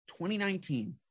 2019